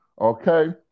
Okay